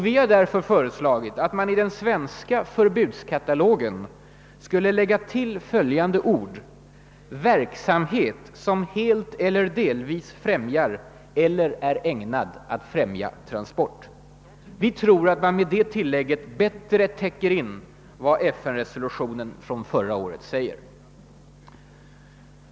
Vi har därför fö reslagit att man i den svenska förbudskatalogen skulle lägga till följande ord: »eller för verksamhet som helt eller delvis främjar eller är ägnad att främja transport». Vi tror att man med det tilllägget bättre täcker vad FN-resolutionen från förra året säger.